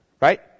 Right